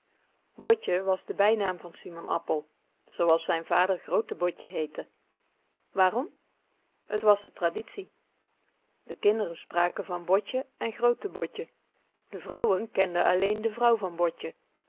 botje was de bijnaam van simon appel zooals zijn vader g r o o t e botje heette waarom het was de traditie de kinderen spraken van botje en g r o o t e botje de vrouwen kenden alleen de vrouw van botje